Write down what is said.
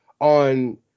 on